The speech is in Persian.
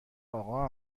آقا